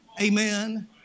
Amen